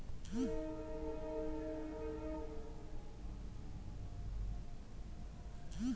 commercial bank loan ಹೆಚ್ಚು ಬಂಡವಾಳವನ್ನು ಹೊಂದಿದೆ